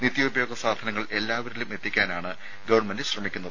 നിത്യോപയോഗ സാധനങ്ങൾ എല്ലാവരിലും എത്തിക്കാനാണ് ഗവൺമെന്റ് ശ്രമിക്കുന്നത്